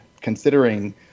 considering